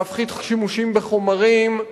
להפחית שימושים בחומרים,